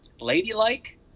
ladylike